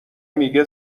میگه